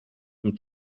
dem